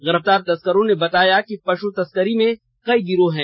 गिरफतार तस्करों ने बताया कि पश् तस्करी में कई गिरोह हैं